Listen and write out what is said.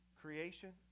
Creation